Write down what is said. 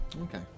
Okay